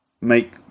make